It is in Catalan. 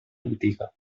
botiga